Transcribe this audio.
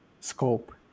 scope